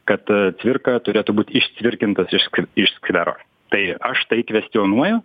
kad cvirka turėtų būt išcvirkintas iš iš skvero tai aš tai kvestionuoju